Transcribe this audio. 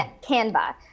Canva